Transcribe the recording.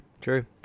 true